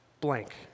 blank